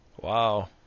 Wow